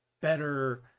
better